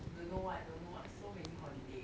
don't know what don't know what so many holiday